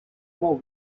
about